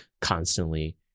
constantly